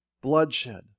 bloodshed